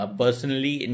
personally